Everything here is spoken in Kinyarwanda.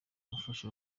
mufasha